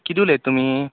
किदें उलयता तुमी